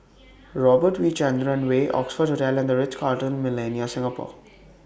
Robert V Chandran Way Oxford Hotel and The Ritz Carlton Millenia Singapore